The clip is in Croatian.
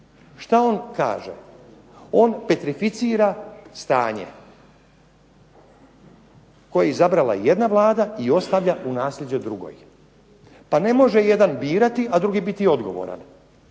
Šta on kaže? On petrificira stanje koje je izabrala jedna Vlada i ostavlja u nasljeđe drugoj. Pa ne može jedan birati, a drugi biti odgovoran.